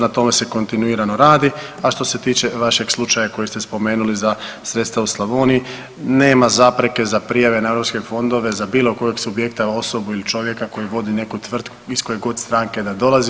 Na tome se kontinuirano radi, a što se tiče vašeg slučaja koji ste spomenuli za sredstva u Slavoniji nema zapreke za prijave na EU fondove za bilo kojeg subjekta, osobu ili čovjeka koji vodi neku tvrtku iz kojeg god stranke da dolazi.